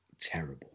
terrible